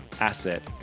asset